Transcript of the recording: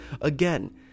Again